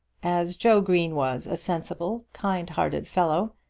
as joe green was a sensible, kind-hearted fellow,